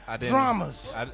dramas